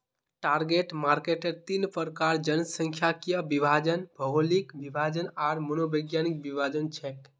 target मार्केटेर तीन प्रकार जनसांख्यिकीय विभाजन, भौगोलिक विभाजन आर मनोवैज्ञानिक विभाजन छेक